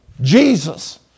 Jesus